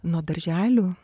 nuo darželių